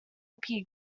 appear